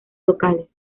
locales